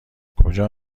کجا